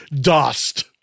Dust